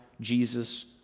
Jesus